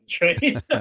right